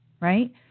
right